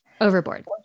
overboard